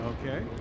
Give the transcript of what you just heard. Okay